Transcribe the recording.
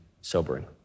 sobering